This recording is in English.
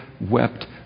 wept